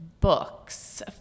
Books